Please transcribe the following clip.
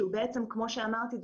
שהוא כמו שאמרתי,